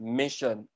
mission